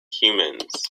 humans